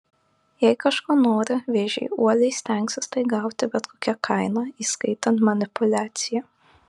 jei kažko nori vėžiai uoliai stengsis tai gauti bet kokia kaina įskaitant manipuliaciją